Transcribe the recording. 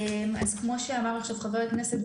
כמו שאמר עכשיו חבר הכנסת,